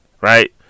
right